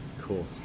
Cool